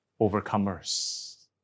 overcomers